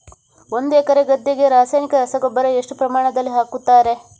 ಒಂದು ಎಕರೆ ಗದ್ದೆಗೆ ರಾಸಾಯನಿಕ ರಸಗೊಬ್ಬರ ಎಷ್ಟು ಪ್ರಮಾಣದಲ್ಲಿ ಹಾಕುತ್ತಾರೆ?